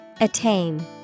Attain